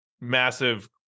massive